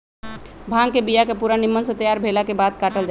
भांग के बिया के पूरा निम्मन से तैयार भेलाके बाद काटल जाइ छै